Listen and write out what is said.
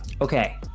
Okay